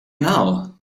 now